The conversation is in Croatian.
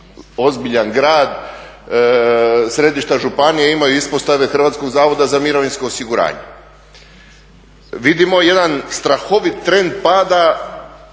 ozbiljan grad središta županije imaju ispostave Hrvatskog zavoda za mirovinsko osiguranje. Vidimo jedan strahoviti trend pada